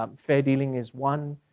um fair dealing is one,